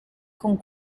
con